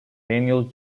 daniel